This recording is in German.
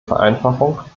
vereinfachung